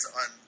on